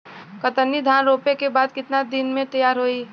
कतरनी धान रोपे के बाद कितना दिन में तैयार होई?